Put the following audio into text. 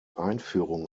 einführung